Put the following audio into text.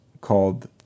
called